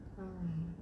mm